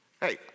Hey